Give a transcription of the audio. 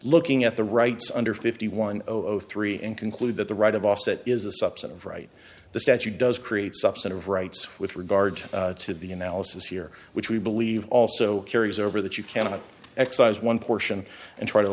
looking at the rights under fifty one zero zero three and conclude that the right of offset is a subset of right the statute does create subset of rights with regard to the analysis here which we believe also carries over that you cannot excise one portion and try to